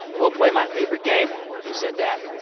we'll play my favorite game, who said that.